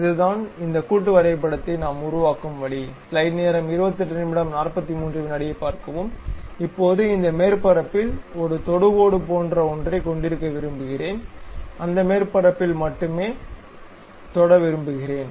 இது தான்இந்த கூட்டு வரைபடத்தை நாம் உருவாக்கும் வழி இப்போது இந்த மேற்பரப்பில் ஒரு தொடுகோடு போன்ற ஒன்றைக் கொண்டிருக்க விரும்புகிறேன் அந்த மேற்பரப்பில் மட்டுமே தொட விரும்புகிறேன்